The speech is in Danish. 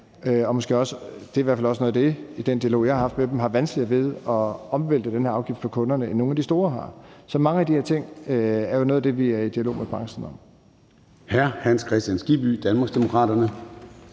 – det er i hvert fald noget af det, jeg har hørt i dialogen med dem – har vanskeligere ved at overvælte den her afgift på kunderne, end nogle af de store har. Så mange af de her ting er jo noget af det, vi er i dialog med branchen om.